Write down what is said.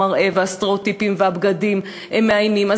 המראה והסטריאוטיפים והבגדים מאיימים.